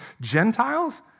Gentiles